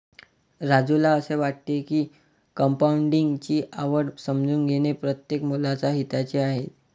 राजूला असे वाटते की कंपाऊंडिंग ची आवड समजून घेणे प्रत्येक मुलाच्या हिताचे आहे